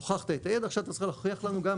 הוכחת את הידע עכשיו אתה צריך להוכיח לנו גם,